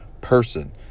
person